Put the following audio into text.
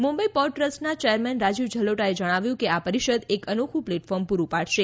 Mumbai port ટ્રસ્ટના chairman Rajiv જલોટાએ જણાવ્યું કે આ પરિષદ એક અનોખું પ્લેટફોર્મ પૂરૂં પાડશે